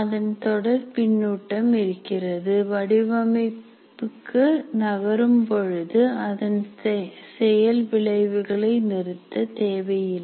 அதன் தொடர் பின்னூட்டம் இருக்கிறது வடிவமைப்புக்கு நகரும் பொழுது அதன் செயல் விளைவுகளை நிறுத்த தேவையில்லை